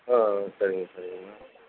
ஆ ஆ சரிங்க சரிங்கண்ணா